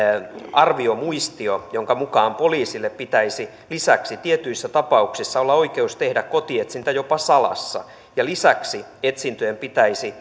arviomuistio jonka mukaan poliisilla pitäisi lisäksi tietyissä tapauksissa olla oikeus tehdä kotietsintä jopa salassa ja lisäksi etsintöjä pitäisi